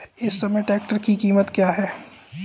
इस समय ट्रैक्टर की कीमत क्या है?